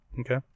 okay